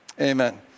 Amen